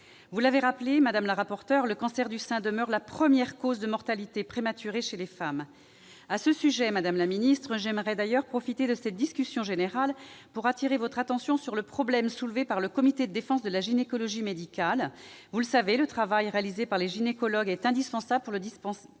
Vous l'avez rappelé, madame la rapporteure, le cancer du sein demeure la première cause de mortalité prématurée chez les femmes. À ce sujet, madame la ministre, j'aimerais profiter de cette discussion générale pour attirer votre attention sur le problème soulevé par le Comité de défense de la gynécologie médicale. Vous le savez, le travail réalisé par les gynécologues est indispensable pour le dépistage